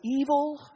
evil